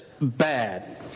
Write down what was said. bad